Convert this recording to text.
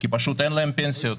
אין להן פנסיה.